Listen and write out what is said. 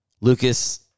Lucas